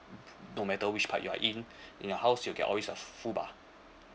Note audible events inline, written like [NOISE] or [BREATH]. no matter which part you're in [BREATH] in your house you'll always get a full bar